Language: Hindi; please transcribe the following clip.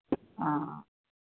हाँ